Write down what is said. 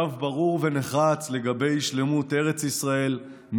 קו ברור ונחרץ לגבי שלמות ארץ ישראל,